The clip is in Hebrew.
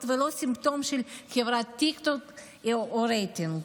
ולא סימפטום של חברת טיקטוק או רייטינג.